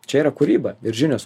čia yra kūryba ir žinios